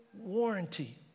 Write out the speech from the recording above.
warranty